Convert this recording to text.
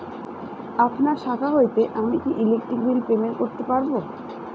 আপনার শাখা হইতে আমি কি ইলেকট্রিক বিল পেমেন্ট করতে পারব?